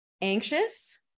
anxious